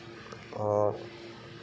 और